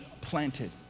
planted